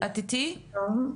מהתאחדות התעשיינים, שלום,